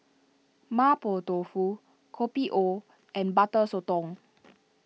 Mapo Tofu Kopi O and Butter Sotong